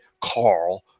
Carl